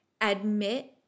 admit